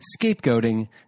scapegoating